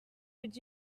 would